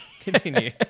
Continue